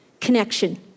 Connection